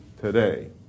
today